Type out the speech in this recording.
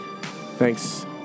Thanks